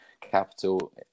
capital